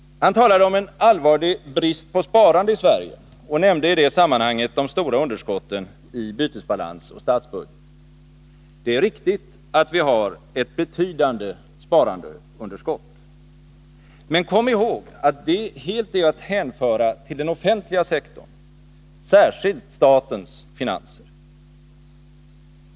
Han talade om en allvarlig brist på sparande i Sverige och nämnde i det sammanhanget de stora underskotten i bytesbalans och statsbudget. Det är riktigt att vi har ett betydande sparandeunderskott. Men kom ihåg att det helt är att hänföra till den offentliga sektorn, särskilt statens finanser.